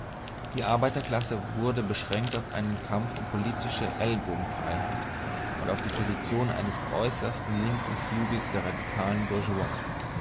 die arbeiterklasse wurde beschränkt auf einen kampf um politische ellbogenfreiheit und auf die position eines äußersten linken flügels der radikalen